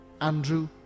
Andrew